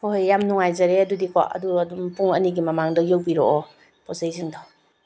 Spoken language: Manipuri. ꯍꯣꯏ ꯍꯣꯏ ꯌꯥꯝ ꯅꯨꯡꯉꯥꯏꯖꯔꯦ ꯑꯗꯨꯗꯤꯀꯣ ꯑꯗꯨꯒ ꯑꯗꯨꯝ ꯄꯨꯡ ꯑꯅꯤꯒꯤ ꯃꯃꯥꯡꯗ ꯌꯧꯕꯤꯔꯛꯑꯣ ꯄꯣꯠ ꯆꯩ ꯁꯤꯡꯗꯣ